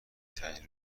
ترین